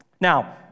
Now